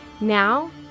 Now